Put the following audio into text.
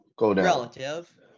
Relative